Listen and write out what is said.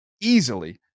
easily